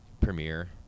premiere